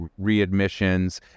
readmissions